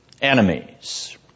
enemies